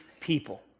people